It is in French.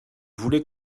voulais